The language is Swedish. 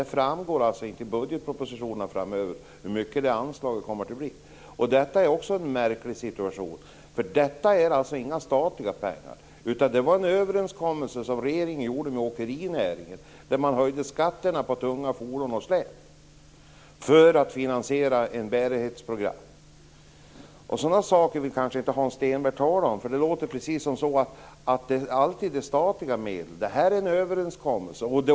Det framgår alltså inte i budgetpropositionerna framöver hur stort det anslaget kommer att bli. Det är också en märklig situation eftersom detta inte är några statliga pengar. Det var en överenskommelse som regeringen gjorde med åkerinäringen där man höjde skatterna på tunga fordon och släp för att finansiera ett bärighetsprogram. Sådana saker vill kanske inte Hans Stenberg tala om. Det låter ju som om detta alltid är statliga medel. Det här är en överenskommelse.